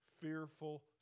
fearful